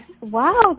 Wow